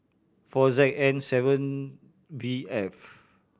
four Z N seven V F